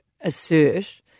assert